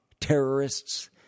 terrorists